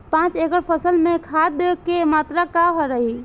पाँच एकड़ फसल में खाद के मात्रा का रही?